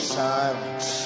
silence